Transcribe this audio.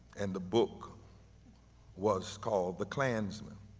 and the book was called the klansmen